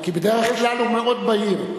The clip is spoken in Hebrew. כי בדרך כלל הוא מאוד בהיר.